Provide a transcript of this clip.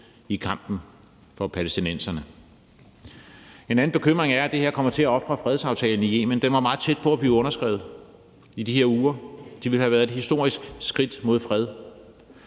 i kampen for palæstinenserne. En anden grund er bekymringen for, at vi med det her kommer til at ofre fredsaftalen i Yemen. Den var meget tæt på at blive underskrevet i de her uger. Det ville have været et historisk skridt mod fred.